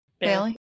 bailey